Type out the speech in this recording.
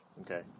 Okay